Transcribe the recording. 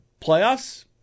playoffs